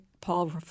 Paul